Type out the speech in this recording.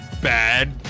Bad